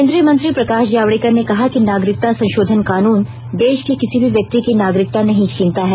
केंद्रीय मंत्री प्रकाश जावडेकर ने कहा कि नागरिकता संशोधन कानून देश के किसी भी व्यक्ति की नागरिकता नहीं छीनता है